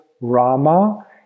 Rama